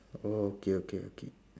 orh okay okay okay